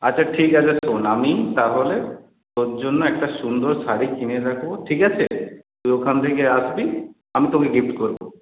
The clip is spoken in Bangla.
আচ্ছা ঠিক আছে শোন আমি তাহলে তোর জন্য একটা সুন্দর শাড়ি কিনে রাখব ঠিক আছে তুই ওখান থেকে আসবি আমি তোকে গিফট করব